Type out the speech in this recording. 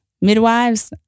midwives